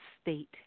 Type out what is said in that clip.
state